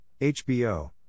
HBO